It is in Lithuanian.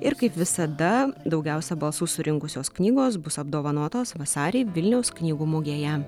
ir kaip visada daugiausia balsų surinkusios knygos bus apdovanotos vasarį vilniaus knygų mugėje